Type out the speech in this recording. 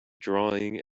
drawing